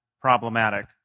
problematic